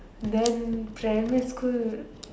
then primary school